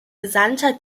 gesandter